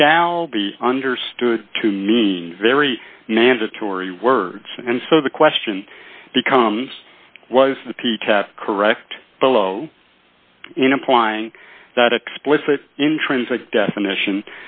shall be understood to mean very mandatory words and so the question becomes was the p t correct below in applying that explicit intrinsic definition